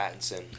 Pattinson